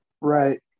Right